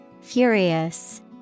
Furious